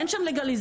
אין שם לגליזציה.